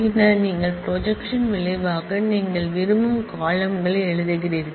பின்னர் நீங்கள் ப்ரொஜெக்க்ஷன் விளைவாக நீங்கள் விரும்பும் காலம்ன்களை எழுதுகிறீர்கள்